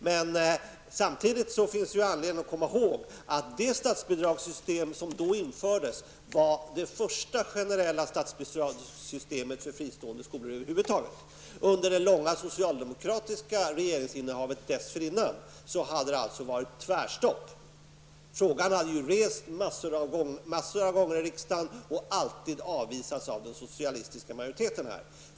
Men samtidigt finns det anledning att komma ihåg att det statsbidragssystem som då infördes var det första generella statsbidragssystemet för fristående skolor över huvud taget. Under det långa socialdemokratiska regeringsinnehavet dessförinnan hade det således varit tvärstopp. Frågan hade rests massor av gånger i riksdagen och alltid avvisats av den socialistiska majoriteten.